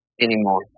anymore